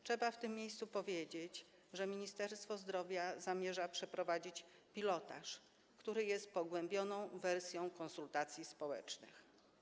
Trzeba w tym miejscu powiedzieć, że Ministerstwo Zdrowia zamierza przeprowadzić pilotaż, który jest pogłębioną wersją takich konsultacji społecznych.